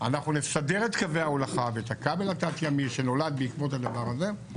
אנחנו נסדר את קווי ההולכה ואת הכבל התת ימי שנולד בעקבות הדבר הזה,